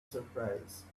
surprise